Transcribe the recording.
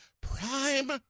prime